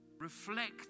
Reflect